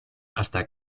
hasta